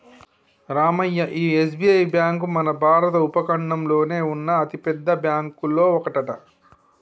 రామయ్య ఈ SBI bank మన భారత ఉపఖండంలోనే ఉన్న అతిపెద్ద బ్యాంకులో ఒకటట